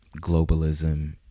globalism